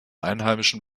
einheimischen